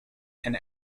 and